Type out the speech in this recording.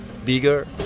bigger